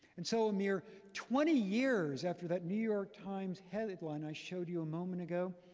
and so, a mere twenty years after that new york times headline, i showed you a moment ago,